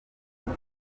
meza